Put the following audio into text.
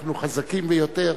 אנחנו חזקים ביותר,